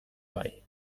bai